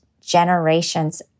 generations